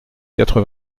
quatre